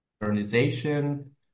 modernization